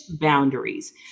boundaries